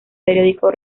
periódico